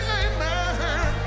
amen